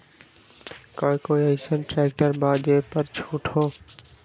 का कोइ अईसन ट्रैक्टर बा जे पर छूट हो?